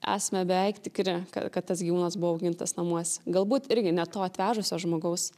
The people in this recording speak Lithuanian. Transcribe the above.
esame beveik tikri ka kad tas gyvūnas buvo augintas namuose galbūt irgi ne to atvežusio žmogaus